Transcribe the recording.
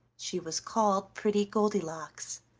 she was called pretty goldilocks.